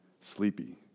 sleepy